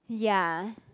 ya